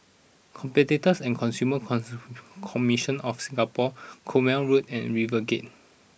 Competitors and Consumer Commission of Singapore Cornwall Road and RiverGate